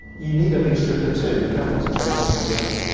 you need a mixture of the two, you don't want to trade one for the other.